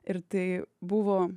ir tai buvo